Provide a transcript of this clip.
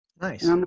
Nice